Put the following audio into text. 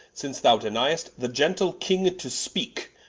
since thou denied'st the gentle king to speake.